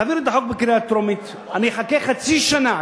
תעביר את החוק בקריאה טרומית, אני אחכה חצי שנה.